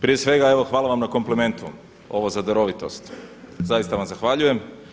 Prije svega, evo hvala vam na komplimentu ovo za darovitost, zaista vam zahvaljujem.